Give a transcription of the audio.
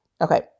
Okay